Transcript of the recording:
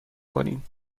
کنیم